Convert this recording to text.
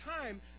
time